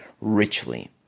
richly